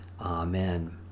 Amen